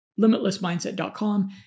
limitlessmindset.com